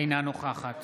אינה נוכחת